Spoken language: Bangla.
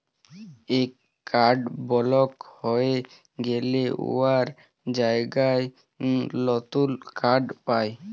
কল কাড় বলক হঁয়ে গ্যালে উয়ার জায়গায় লতুল কাড় পায়